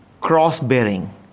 Cross-bearing